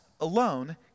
alone